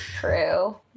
true